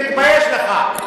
תתבייש לך.